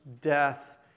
death